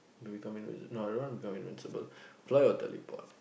become invisible no I don't want to become invisible fly or teleport